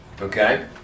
Okay